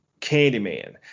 Candyman